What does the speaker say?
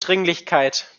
dringlichkeit